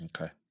Okay